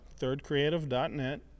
thirdcreative.net